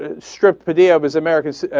ah strips for the others america's ah.